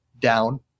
down